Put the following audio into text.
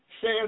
says